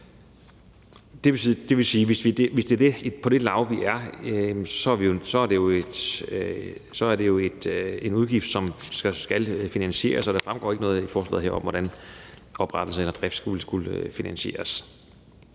Det vil sige, at hvis det er på det lag, vi er, så er det jo en udgift, som skal finansieres, og i forslaget her fremgår der ikke noget om, hvordan oprettelsen og driften skulle finansieres.